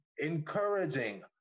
Encouraging